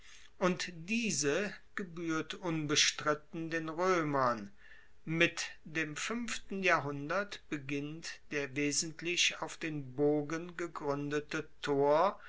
und diese gebuehrt unbestritten den roemern mit dem fuenften jahrhundert beginnt der wesentlich auf den bogen gegruendete tor